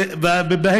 זה מה